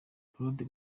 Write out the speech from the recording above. claude